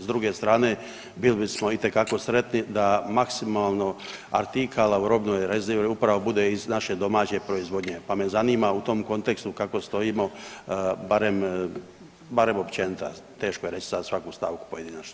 S druge strane, bili bismo itekako sretni da maksimalno artikala u robnoj rezervi upravo bude iz naše domaće proizvodnje pa me zanima u tom kontekstu kako stojimo, barem, barem općenito, a teško je reći sad svaku stavku pojedinačno.